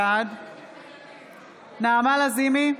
בעד נעמה לזימי,